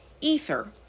Ether